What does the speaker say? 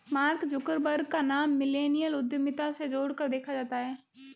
mark Zuckerberg का नाम millennial उद्यमिता से जोड़कर देखा जाता है